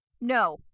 No